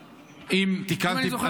אם אני זוכר בעל פה.